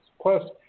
Plus